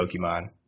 Pokemon